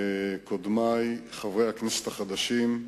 קודמי, חברי הכנסת החדשים,